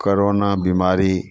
corona बिमारी